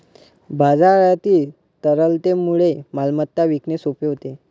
बाजारातील तरलतेमुळे मालमत्ता विकणे सोपे होते